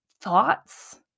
thoughts